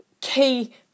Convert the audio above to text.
key